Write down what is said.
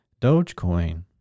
Dogecoin